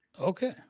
Okay